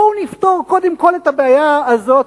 בואו נפתור קודם כול את הבעיה הזאת,